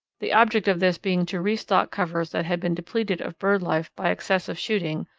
the object of this being to restock covers that had been depleted of bird-life by excessive shooting,